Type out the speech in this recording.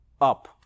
up